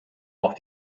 auch